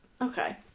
Okay